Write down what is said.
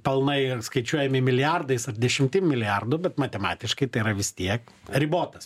pelnai yra skaičiuojami milijardais ar dešimt milijardų bet matematiškai tai yra vis tiek ribotas